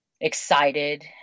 Excited